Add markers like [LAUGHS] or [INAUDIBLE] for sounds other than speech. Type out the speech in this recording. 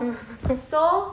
[LAUGHS]